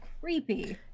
creepy